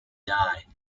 dye